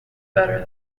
better